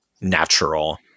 natural